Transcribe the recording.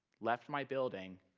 left my building,